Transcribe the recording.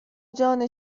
جان